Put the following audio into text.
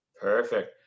Perfect